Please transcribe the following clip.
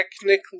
technically